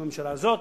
של הממשלה הזאת.